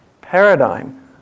paradigm